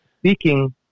speaking